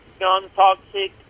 non-toxic